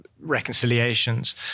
reconciliations